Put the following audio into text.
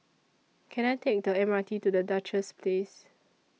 Can I Take The M R T to The Duchess Place